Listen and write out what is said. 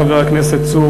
חבר הכנסת צור,